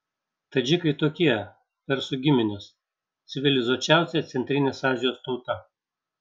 tadžikai tokie persų giminės civilizuočiausia centrinės azijos tauta